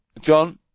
John